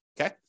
okay